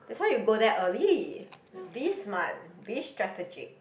that's why you go there early be smart be strategic